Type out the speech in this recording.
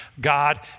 God